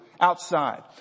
outside